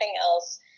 else